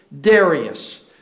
Darius